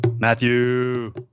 Matthew